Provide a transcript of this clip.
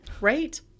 Right